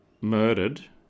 murdered